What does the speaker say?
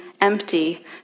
empty